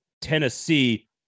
Tennessee